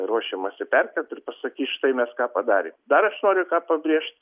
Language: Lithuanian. ruošiamasi perkelt ir pasakyt štai mes ką padarėm dar aš noriu ką pabrėžt